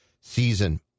season